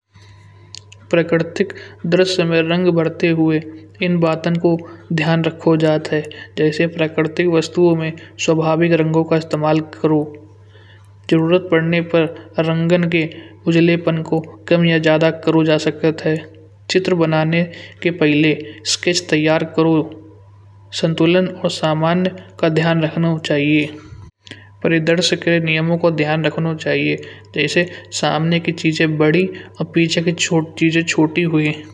प्राकृतिक दृश्य में रंग बढ़ाते हुए इन बातों को ध्यान रखो जात है। जैसे प्राकृतिक वस्तुओं में स्वाभाविक रंगों का इस्तेमाल करो जरूरत पड़ने पर रंगन के उजाले पान को कम या ज्यादा करो जा सकत हा। चित्र बनाने के पहले स्केच तैयार करो संतुलन और समान्य का ध्यान रखना चाहिए। प्रदर्शक के नियमों को ध्यान रखना चाहिए जैसे सामने की चीजें बड़ी और पीछे की छोटी हुई।